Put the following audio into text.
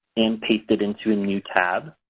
and paste it into a new tab